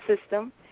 system